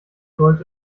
gold